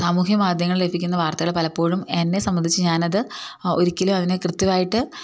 സാമൂഹ്യ മാധ്യങ്ങളിൽ ലഭിക്കുന്ന വാർത്തകൾ പലപ്പോഴും എന്നെ സംബന്ധിച്ചു ഞാൻ അത് ഒരിക്കലും അതിനെ കൃത്യമായിട്ട്